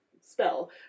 spell